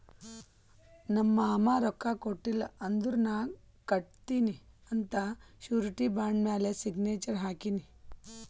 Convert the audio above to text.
ನಮ್ ಮಾಮಾ ರೊಕ್ಕಾ ಕೊಟ್ಟಿಲ್ಲ ಅಂದುರ್ ನಾ ಕಟ್ಟತ್ತಿನಿ ಅಂತ್ ಶುರಿಟಿ ಬಾಂಡ್ ಮ್ಯಾಲ ಸಿಗ್ನೇಚರ್ ಹಾಕಿನಿ